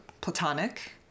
platonic